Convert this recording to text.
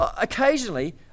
Occasionally